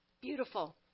Beautiful